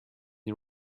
you